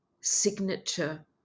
signature